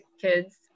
kids